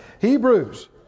Hebrews